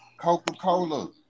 Coca-Cola